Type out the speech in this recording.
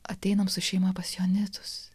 ateiname su šeima pas joanitus